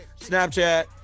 Snapchat